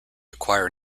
acquire